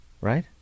right